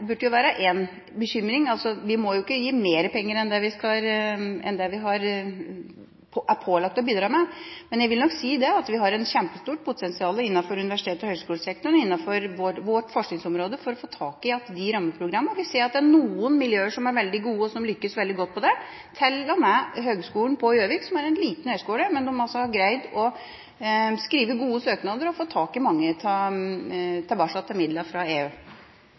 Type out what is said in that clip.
burde være én bekymring. Vi må ikke gi mer penger enn det vi er pålagt å bidra med. Jeg vil nok si at vi har et kjempestort potensial innenfor universitets- og høgskolesektoren innen vårt forskningsområde for å få tak i rammeprogrammene. Vi ser at det er noen miljøer som er gode og lykkes veldig godt med det. Til og med Høgskolen på Gjøvik, som er en liten høgskole, har greid å skrive gode søknader, og har fått tilbake mange midler fra EU.